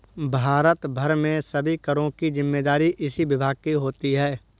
भारत भर में सभी करों की जिम्मेदारी इसी विभाग की होती है